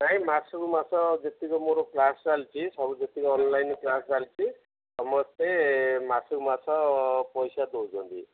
ନାଇଁ ମାସକୁ ମାସ ଯେତିକି ମୋର କ୍ଲାସ୍ ଚାଲିଛି ସବୁ ଯେତିକି ଅନଲାଇନ୍ କ୍ଲାସ୍ ଚାଲିଛି ସମସ୍ତେ ମାସକୁ ମାସ ପଇସା ଦେଉଛନ୍ତି